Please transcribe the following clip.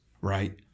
right